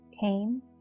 came